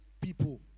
people